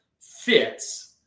fits